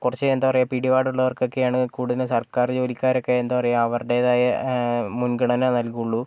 കുറച്ച് എന്താണ് പറയുക പിടിപാടുള്ളവർക്കൊക്കെയാണ് കൂടുതലും സർക്കാർ ജോലിക്കാരൊക്കെ എന്താണ് പറയുക അവരുടേതായ മുൻഗണന നൽകുള്ളൂ